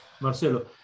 Marcelo